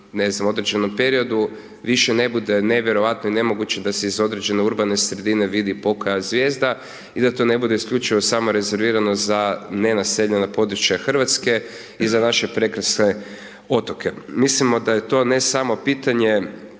ne znam, određenom periodu više ne bude nevjerojatno i nemoguće da se iz određene urbane sredine vidi pokoja zvijezda i da to ne bude isključivo samo rezervirano samo za nenaseljena područja Hrvatske i za naše prekrasne otoke. Mislimo da je to ne samo pitanje